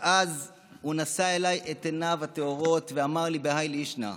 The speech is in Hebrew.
ואז הוא נשא אליי את עיניו הטהורות ואמר לי בהאי לישנא: